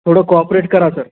थोडं कोओपरेट करा सर